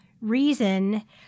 reason